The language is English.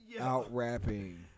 out-rapping